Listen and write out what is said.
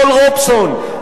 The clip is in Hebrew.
פול רובסון,